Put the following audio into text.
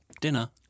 dinner